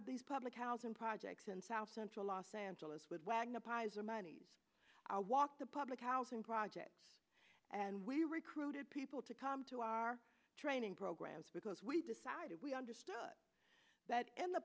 of these public housing projects in south central los angeles with wagner pizer monies i walked the public housing projects and we recruited people to come to our training programs because we decided we understood that in the